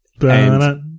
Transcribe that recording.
And-